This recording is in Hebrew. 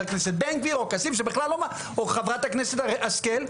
הכנסת בן גביר או כסיף או חברת הכנסת השכל,